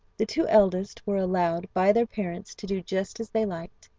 the two eldest were allowed by their parents to do just as they liked,